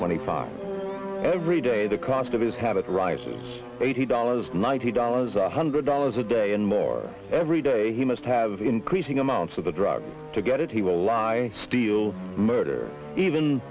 twenty five every day the cost of his habit rises eighty dollars ninety dollars or one hundred dollars a day and more every day he must have increasing amounts of the drug to get it he will lie steal murder even